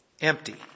Empty